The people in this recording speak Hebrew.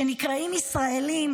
שנקראים ישראלים,